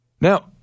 now